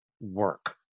work